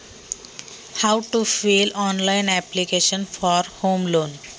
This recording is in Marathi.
गृह कर्जासाठी ऑनलाइन अर्ज कसा भरायचा?